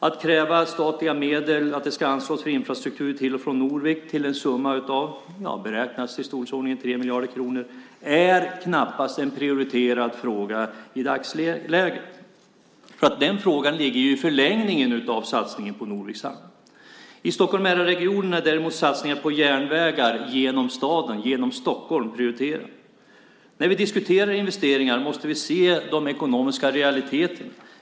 Att kräva att statliga medel ska anslås för infrastruktur till och från Norvik till en summa i storleksordningen 3 miljarder kronor är knappast en prioriterad fråga i dagsläget. Den frågan ligger i förlängningen av satsningen på Norviks hamn. I Stockholm-Mälarregionen är däremot satsningar på järnvägar genom staden, genom Stockholm, prioriterade. När vi diskuterar investeringar måste vi se de ekonomiska realiteterna.